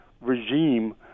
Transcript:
regime